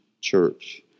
church